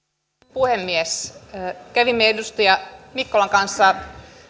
puhemies kävimme edustaja mikkosen kanssa